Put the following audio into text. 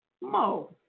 Mo